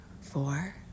four